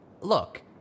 Look